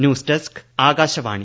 news desk Akashvani